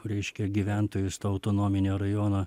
reiškia gyventojus to autonominio rajono